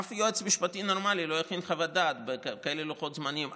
אף יועץ משפטי נורמלי לא יכין חוות דעת בכאלה לוחות זמנים.